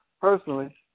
personally